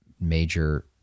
major